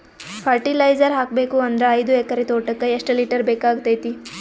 Fertiliser ಹಾಕಬೇಕು ಅಂದ್ರ ಐದು ಎಕರೆ ತೋಟಕ ಎಷ್ಟ ಲೀಟರ್ ಬೇಕಾಗತೈತಿ?